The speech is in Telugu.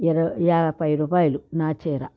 ఇరవై యాభై రూపాయలు నా చీర